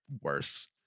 worse